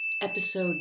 Episode